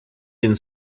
den